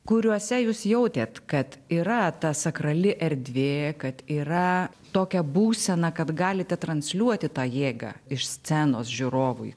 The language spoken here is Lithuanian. kuriuose jūs jautėt kad yra ta sakrali erdvė kad yra tokia būsena kad galite transliuoti tą jėgą iš scenos žiūrovui